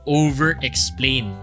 over-explain